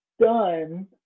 done